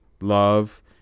love